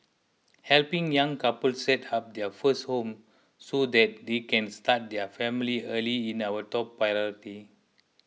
helping young couples set up their first home so that they can start their family early is our top priority